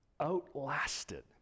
outlasted